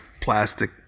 plastic